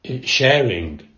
sharing